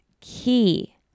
key